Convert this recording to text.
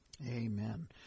Amen